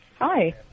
Hi